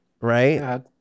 right